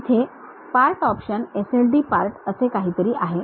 इथे Part option sld part असे काहीतरी आहे